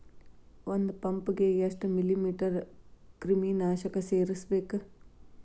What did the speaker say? ಒಂದ್ ಪಂಪ್ ಗೆ ಎಷ್ಟ್ ಮಿಲಿ ಲೇಟರ್ ಕ್ರಿಮಿ ನಾಶಕ ಸೇರಸ್ಬೇಕ್?